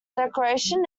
decoration